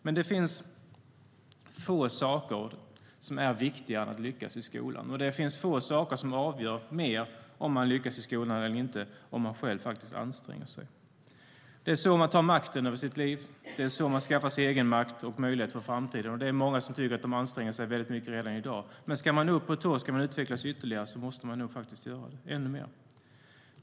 Men det finns få saker som är viktigare än att lyckas i skolan, och det finns få saker som avgör mer om eleverna lyckas i skolan eller inte än att de själva anstränger sig. Det är så de tar makten över sina liv. Det är så de skaffar egenmakt och möjligheter för framtiden. Det finns många som tycker att de anstränger sig väldigt mycket redan i dag. Men ska de upp på tå och utvecklas ytterligare måste de nog faktiskt göra det ännu mer.